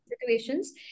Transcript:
situations